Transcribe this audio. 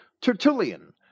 Tertullian